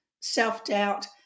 self-doubt